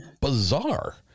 bizarre